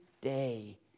day